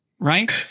right